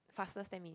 fastest ten minutes